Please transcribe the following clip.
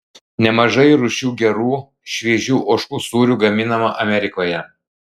nemažai rūšių gerų šviežių ožkų sūrių gaminama amerikoje